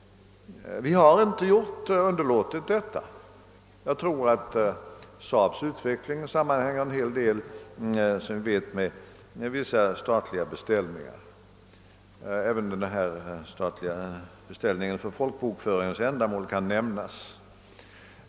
Vi har inte underlåtit detta; SAAB:s utveckling sammanhänger som vi vet en hel del med vissa statliga beställningar — även den statliga beställningen för folkbokföringen kan här nämnas.